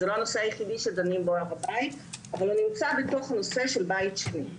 וזה לא הנושא היחיד שדנים בו אבל הוא נמצא בתוך הנושא של בית שני.